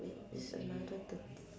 wait it's another thirty